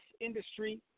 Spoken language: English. industry